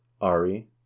Ari